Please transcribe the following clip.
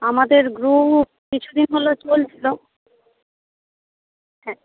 আমাদের গ্রুপ কিছুদিন হল চলছিলো হ্যাঁ